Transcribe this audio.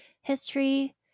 history